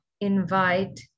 invite